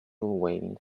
waving